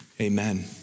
Amen